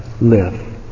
live